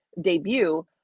debut –